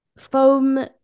foam